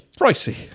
pricey